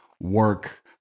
work